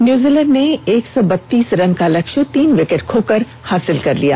New Zealand ने एक सौ बतीस रन का लक्ष्य तीन विकेट खोकर हासिल कर लिया